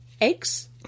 eggs